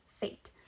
fate